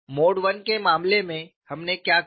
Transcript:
तो mode I के मामले में हमने क्या किया